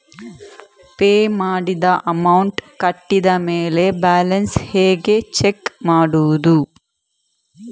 Pay ಮಾಡಿದ amount ಕಟ್ಟಿದ ಮೇಲೆ ಬ್ಯಾಲೆನ್ಸ್ ಹೇಗೆ ಚೆಕ್ ಮಾಡುವುದು?